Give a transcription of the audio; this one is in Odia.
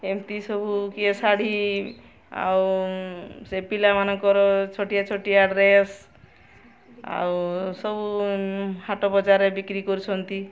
ଏମିତି ସବୁ କିଏ ଶାଢ଼ୀ ଆଉ ସେ ପିଲାମାନଙ୍କର ଛୋଟିଆ ଛୋଟିଆ ଡ୍ରେସ୍ ଆଉ ସବୁ ହାଟ ବଜାରରେ ବିକ୍ରି କରୁଛନ୍ତି